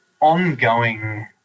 ongoing